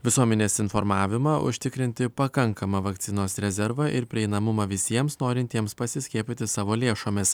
visuomenės informavimą užtikrinti pakankamą vakcinos rezervą ir prieinamumą visiems norintiems pasiskiepyti savo lėšomis